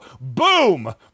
Boom